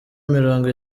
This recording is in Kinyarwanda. mirongo